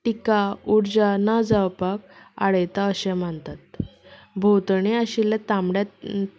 तिका उर्जा ना जावपाक आडयता अशें मानतात भोंवतणी आशिल्ल्या तांबड्या टिबक्याक